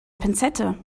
pinzette